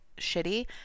shitty